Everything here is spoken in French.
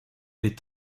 est